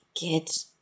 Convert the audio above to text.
get